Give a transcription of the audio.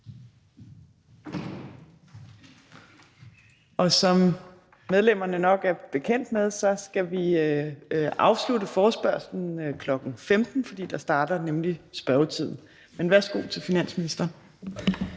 af. Som medlemmerne nok er bekendt med, skal vi afslutte forespørgsel kl. 15.00, for der starter spørgetiden nemlig. Værsgo til den fungerende